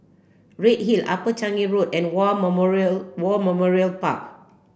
Redhill Upper Changi Road and War Memorial War Memorial Park